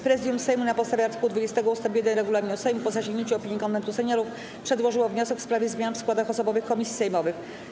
Prezydium Sejmu, na podstawie art. 20 ust. 1 regulaminu Sejmu, po zasięgnięciu opinii Konwentu Seniorów, przedłożyło wniosek w sprawie zmian w składach osobowych komisji sejmowych.